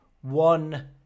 one